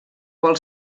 vol